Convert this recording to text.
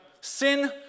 Sin